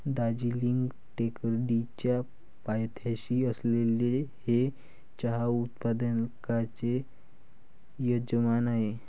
दार्जिलिंग टेकडीच्या पायथ्याशी असलेले हे चहा उत्पादकांचे यजमान आहे